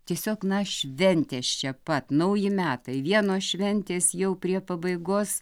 tiesiog na šventės čia pat nauji metai vienos šventės jau prie pabaigos